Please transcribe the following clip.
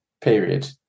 period